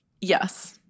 Yes